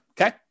okay